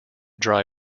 dry